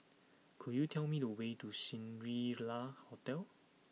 could you tell me the way to Shangri La Hotel